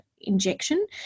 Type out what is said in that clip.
injection